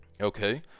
Okay